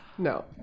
No